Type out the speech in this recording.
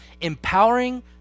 empowering